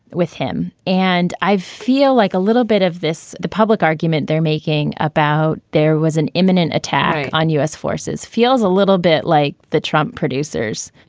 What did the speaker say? with him. and i feel like a little bit of this, the public argument they're making about there was an imminent attack on u s. forces feels a little bit like the trump producers,